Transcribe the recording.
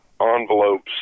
envelopes